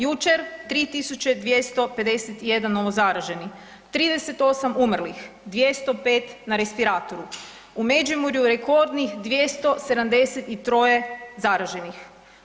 Jučer 3.251 novozaraženi, 38 umrlih, 205 na respiratoru, u Međimurju rekordnih 273 zaraženih.